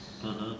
(uh huh)